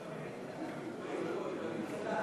קארין אלהרר בעד,